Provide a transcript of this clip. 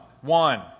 one